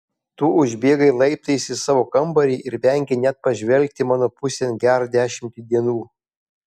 tu užbėgai laiptais į savo kambarį ir vengei net pažvelgti mano pusėn gerą dešimtį dienų